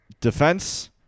Defense